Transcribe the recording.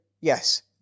yes